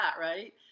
Right